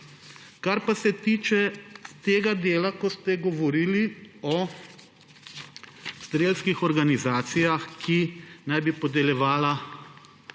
Kar pa se tiče tega dela, ko ste govorili o strelskih organizacijah, ki naj bi dala